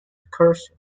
recursion